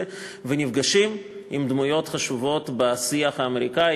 ונפגשים עם דמויות חשובות בשיח האמריקני,